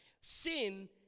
Sin